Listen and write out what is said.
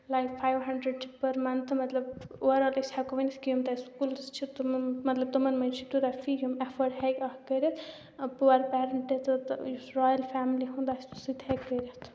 like five hundred چھِ per month مطلب over all أسۍ ہٮ۪کو ؤنِتھ کہِ یِم تَتہِ سکوٗلٕز چھِ تِمَن مطلب تِمَن منٛز چھِ تیوٗتاہ فی یِم اٮ۪فٲڈ ہٮ۪کہِ اَکھ کٔرِتھ پُوَر پیرَنٛٹ تہِ تہٕ یُس رایِل فیملی ہُنٛد آسہِ تہٕ سُہ تہِ ہٮ۪کہِ کٔرِتھ